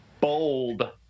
bold